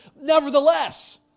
Nevertheless